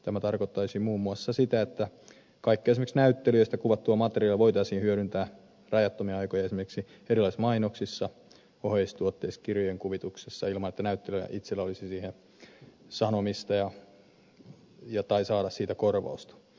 tämä tarkoittaisi muun muassa sitä että kaikkea esimerkiksi näyttelijöistä kuvattua materiaalia voitaisiin hyödyntää rajattomia aikoja esimerkiksi erilaisissa mainoksissa oheistuotteissa kirjojen kuvituksissa ilman että näyttelijällä itsellä olisi siihen sanomista tai he saisivat siitä korvausta